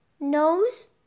nose